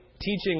teaching